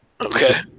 Okay